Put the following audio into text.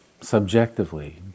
subjectively